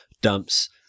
dumps